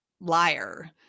liar